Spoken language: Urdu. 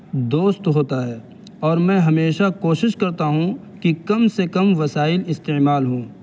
دوست ہوتا ہے اور میں ہمیشہ کوشش کرتا ہوں کہ کم سے کم وسائل استعمال ہوں